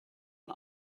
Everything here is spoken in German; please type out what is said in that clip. und